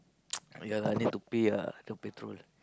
ya lah need to pay ah the petrol